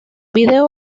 video